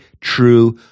true